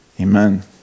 amen